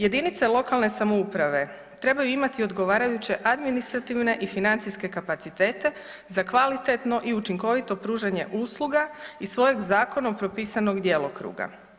Jedinice lokalne samouprave trebaju imati odgovarajuće administrativne i financijske kapacitete za kvalitetno i učinkovito pružanje usluga iz svojeg zakonom propisanog djelokruga.